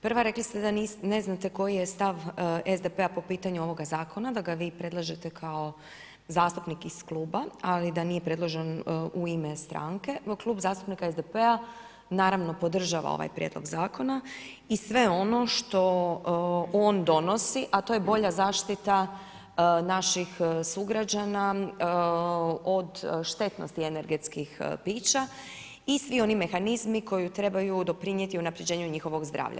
Prva, rekli ste da ne znate koji je stav SDP-a po pitanju ovoga zakona, da ga vi predlažete kao zastupnik iz Kluba ali da nije predložen u ime stranke, Klub zastupnika SDP-a naravno podržava ovaj prijedlog zakona i sve ono što on donosi a to je bolja zaštita naših sugrađana od štetnosti energetskih pića i svi oni mehanizmi koji trebaju doprinijeti unapređenju njihovog zdravlja.